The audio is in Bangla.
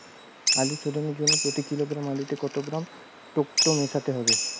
আলু শোধনের জন্য প্রতি কিলোগ্রাম আলুতে কত গ্রাম টেকটো মেশাতে হবে?